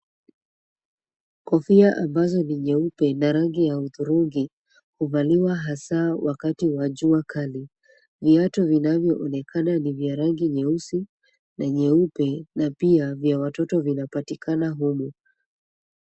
Kofia ambazo ni nyeupe na rangi ya hudhurungi huvaliwa hasa wakati wa jua kali. Viatu vinavyoonekana ni vya rangi nyeusi na nyeupe, na pia vya watoto vinapatikana humu.